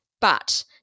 But-